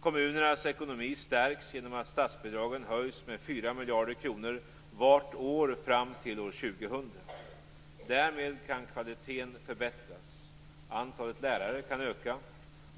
Kommunernas ekonomi stärks genom att statsbidragen höjs med 4 miljarder kronor vart år fram till år 2000. Därmed kan kvaliteten förbättras. Antalet lärare kan öka.